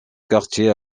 quartier